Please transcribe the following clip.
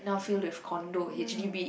now filled with condo H_D_B